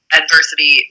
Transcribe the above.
adversity